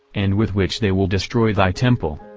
and with which they will destroy thy temple.